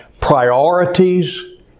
priorities